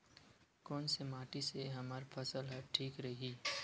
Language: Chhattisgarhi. कोन से माटी से हमर फसल ह ठीक रही?